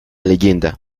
leyenda